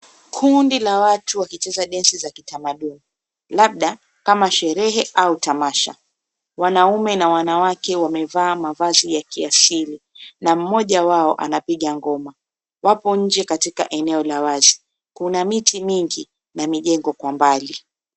Kundi la watu wakicheza densi za kitamaduni labda kama sherehe au tamasha. Wanaume na wanawake wamevaa mavazi ya kiasili na mmoja wao anapiga ngoma. Wapo nje katika eneo la wazi. Kuna miti mingi na mijengo kwa mbali.